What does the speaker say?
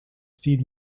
feed